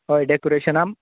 हय डेकोरेशनाक